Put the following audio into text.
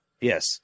Yes